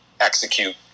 execute